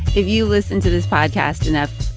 if you listen to this podcast enough,